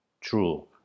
true